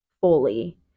fully